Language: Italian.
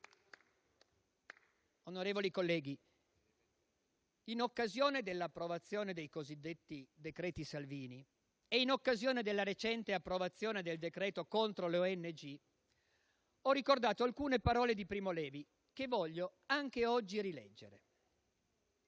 Onorevoli colleghi, in occasione dell'approvazione dei cosiddetti decreti Salvini e del recente decreto-legge contro le ONG, ho ricordato alcune parole di Primo Levi, che voglio anche oggi rileggere: